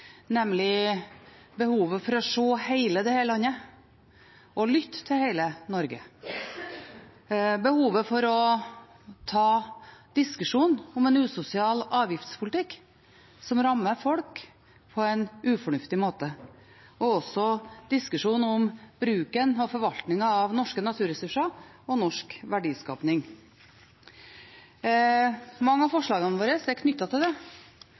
nemlig behovet for å se hele landet og lytte til hele Norge, behovet for å ta diskusjonen om en usosial avgiftspolitikk som rammer folk på en ufornuftig måte, og også diskusjonen om bruken og forvaltningen av norske naturressurser og norsk verdiskaping. Mange av forslagene våre er knyttet til det.